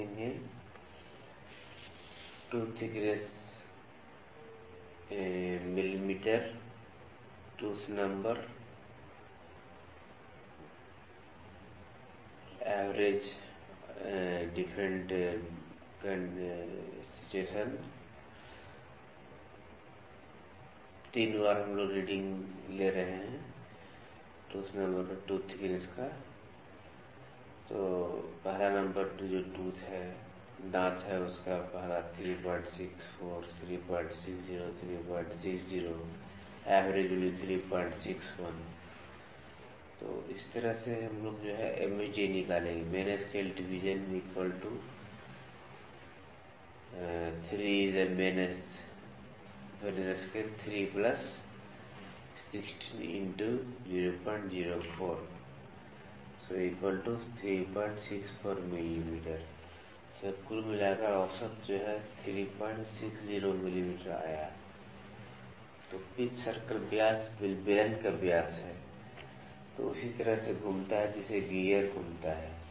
Tooth Thickness Tooth number 1 2 3 Average MSD 1 364 360 360 361 3 16×004 3 64 364 mm 2 362 360 362 362 3 358 364 360 360 4 360 360 362 360 5 358 356 356 356 कुल मिलाकर औसत 360 mm तो पिच सर्कल व्यास बेलन का व्यास है जो उसी तरह घूमता है जैसे गियर घूमता है